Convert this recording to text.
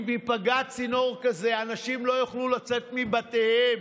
אם ייפגע צינור כזה אנשים לא יוכלו לצאת מבתיהם.